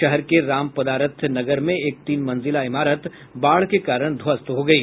शहर के राम पदारथ नगर में एक तीन मंजिला इमारत बाढ़ के कारण ध्वस्त हो गयी